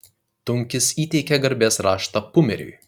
tunkis įteikė garbės raštą pumeriui